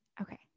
Okay